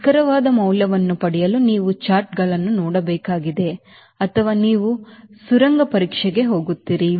ನಿಖರವಾದ ಮೌಲ್ಯವನ್ನು ಪಡೆಯಲು ನಾವು ಚಾರ್ಟ್ಗಳನ್ನು ನೋಡಬೇಕಾಗಿದೆ ಅಥವಾ ನೀವು ಸುರಂಗ ಪರೀಕ್ಷೆಗೆ ಹೋಗುತ್ತೀರಿ